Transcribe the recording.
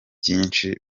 byinshi